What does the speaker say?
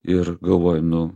ir galvoju nu